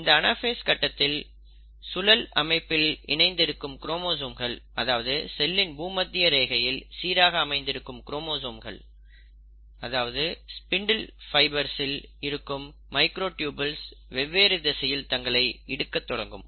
இந்த அனாஃபேஸ் கட்டத்தில் சுழல் அமைப்பில் இணைந்திருக்கும் குரோமோசோம்கள் அதாவது செல்லின் பூமத்திய ரேகையில் சீராக அமைந்திருக்கும் குரோமோசோம்கள் அதாவது ஸ்பிண்டில் ஃபைபர்சில் இருக்கும் மைக்ரோட்யூபில்ஸ் வெவ்வேறு திசையில் தங்களை இழுக்கத் தொடங்கும்